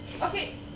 okay